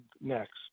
next